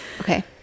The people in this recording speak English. okay